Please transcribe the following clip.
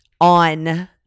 on